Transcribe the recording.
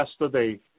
yesterday